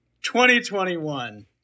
2021